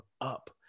up